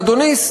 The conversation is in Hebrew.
ואדוני,